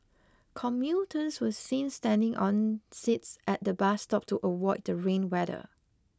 commuters were seen standing on seats at the bus stop to avoid the rain weather